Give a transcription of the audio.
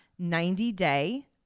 90-day